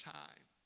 time